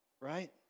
right